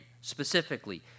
specifically